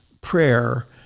prayer